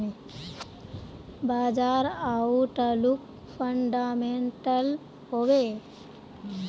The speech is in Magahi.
बाजार आउटलुक फंडामेंटल हैवै?